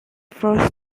first